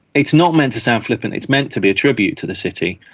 it's not meant to sound flippant, it's meant to be a tribute to the city,